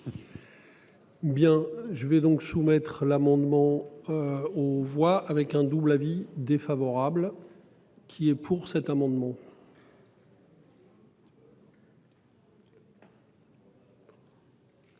bien je vais donc soumettre l'amendement. On voit avec un double avis défavorable. Qui est pour cet amendement.